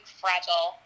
fragile